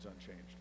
unchanged